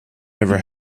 never